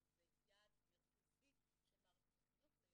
שזה יעד מרכזי של מערכת החינוך,